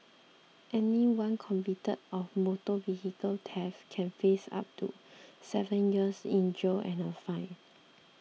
anyone convicted of motor vehicle theft can face up to seven years in jail and a fine